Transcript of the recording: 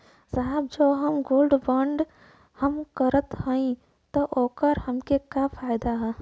साहब जो हम गोल्ड बोंड हम करत हई त ओकर हमके का फायदा ह?